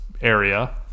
area